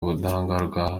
ubudahangarwa